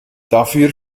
dafür